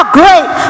great